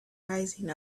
rising